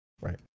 Right